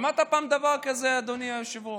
שמעת פעם דבר כזה, אדוני היושב-ראש?